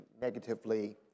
negatively